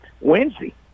wednesday